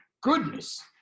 goodness